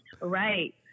Right